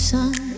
Sun